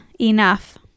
enough